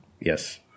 Yes